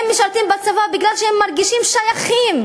הם משרתים בצבא בגלל שהם מרגישים שייכים.